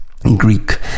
Greek